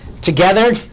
Together